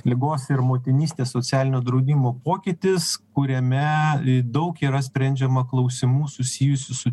ligos ir motinystės socialinio draudimo pokytis kuriame daug yra sprendžiama klausimų susijusių su